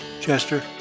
Chester